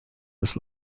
was